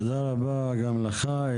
תודה רבה גם לך.